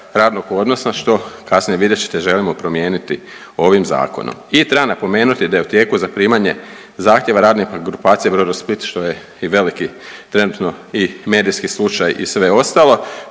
radnog odnosa što kasnije, vidjet ćete, želimo promijeniti ovim zakonom. I treba napomenuti da je u tijeku zaprimanje zahtjeva radnika grupacije Brodosplit, što je i veliki, trenutno i medijski slučaj i sve ostalo.